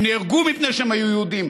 הם נהרגו מפני שהם היו יהודים,